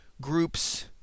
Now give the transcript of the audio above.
groups